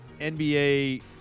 nba